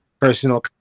personal